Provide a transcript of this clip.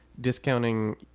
discounting